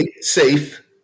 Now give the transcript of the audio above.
Safe